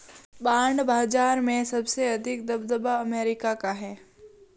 bond बाजार में सबसे अधिक दबदबा अमेरिका का है